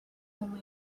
only